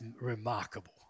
remarkable